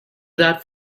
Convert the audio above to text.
that